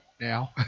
Now